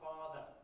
Father